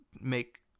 make